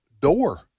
door